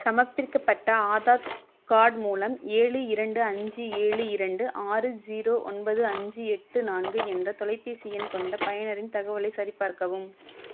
சமர்ப்பிக்கப்பட்ட ஆதார் கார்ட் மூலம் ஏழு இரண்டு அஞ்சு ஏழு இரண்டு ஆறு ஜீரோ ஒன்பது அஞ்சு எட்டு நான்கு என்ற தொலைபேசி எண் கொண்ட பயனரின் தகவலைச் சரிபார்க்கவும்